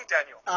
Daniel